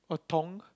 a tong